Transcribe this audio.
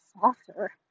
softer